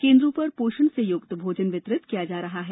केन्द्रों पर पोषण से युक्त भोजन वितरित किया जा रहा है